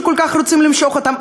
שכל כך רוצים למשוך אותם.